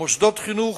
מוסדות חינוך,